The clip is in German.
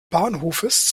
bahnhofes